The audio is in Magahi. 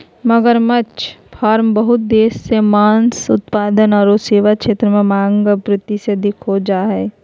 मगरमच्छ फार्म बहुत देश मे मांस उत्पाद आरो सेवा क्षेत्र में मांग, आपूर्ति से अधिक हो जा हई